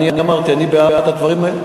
אני אמרתי, אני בעד הדברים האלה.